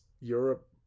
Europe